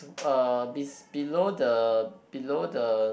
uh be~ below the below the